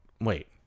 Wait